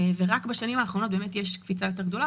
ורק בשנים האחרונות יש קפיצה יותר גדולה.